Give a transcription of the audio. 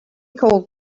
called